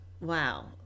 Wow